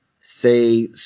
say